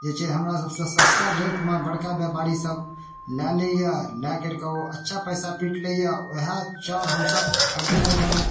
जे छै हमरा सबसँ सस्ता रेटमे बड़का बेपारीसब लऽ लैए लऽ करिके ओ अच्छा पइसा पीटि लैए वएह चाउर हमसभ खरिदै लऽ गेलहुँ